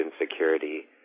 insecurity